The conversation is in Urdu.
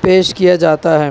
پیش کیا جاتا ہے